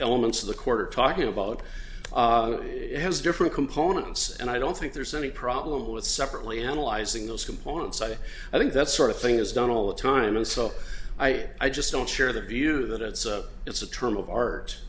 elements of the court are talking about has different components and i don't think there's any problem with separately analyzing those components i think that's sort of thing is done all the time and so i i just don't share the view that it's a it's a term of art